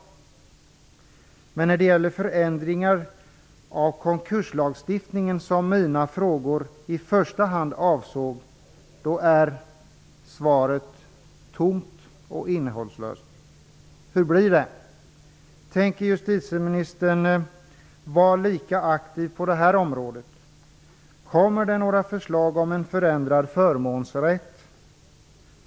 Men när det gäller förändringar av konkurslagstiftningen som mina frågor i första hand avsåg är svaret tomt och innehållslöst. Hur blir det? Tänker justitieministern vara lika aktiv på det här området? Kommer det några förslag om en förändrad förmånsrätt?